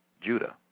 Judah